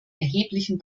erheblichen